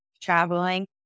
Traveling